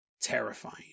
terrifying